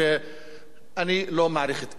אני לא מעריך את אבי דיכטר.